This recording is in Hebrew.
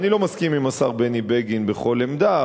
אני לא מסכים עם השר בני בגין בכל עמדה,